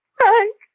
Frank